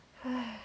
!hais!